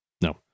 no